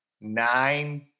nine